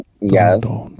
Yes